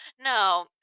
No